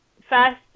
first